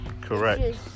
Correct